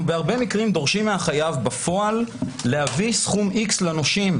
אנחנו בהרבה מקרים דורשים מהחייב בפועל להביא סכום איקס לנושים.